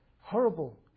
horrible